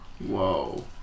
whoa